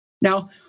Now